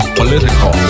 political